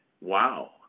Wow